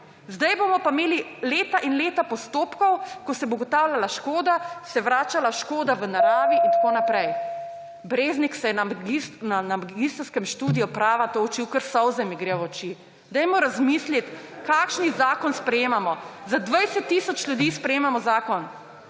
Zdaj bomo pa imeli leta in leta postopkov, ko se bo ugotavljala škoda, se vračala škoda v naravi in tako naprej. Breznik se je na magistrskem študiju prava to učil, kar solze mi gredo v oči. Dajmo razmisliti, kakšen zakon sprejemamo. Za 20 tisoč ljudi sprejemamo zakon,